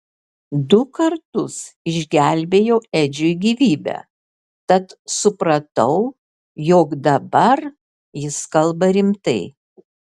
du kartus išgelbėjau edžiui gyvybę tad supratau jog dabar jis kalba rimtai